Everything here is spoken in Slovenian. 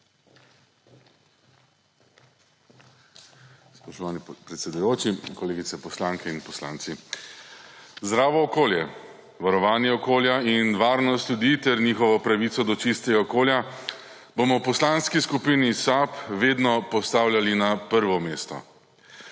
Spoštovani predsedujoči, kolegice poslanke in poslanci! Zdravo okolje, varovanje okolja in varnost ljudi ter njihovo pravico do čistega okolja bomo v Poslanski skupini SAB vedno postavljali na prvo mesto.